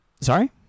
Sorry